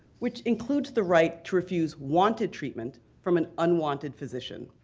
which includes the right to refuse wanted treatment from an unwanted physician.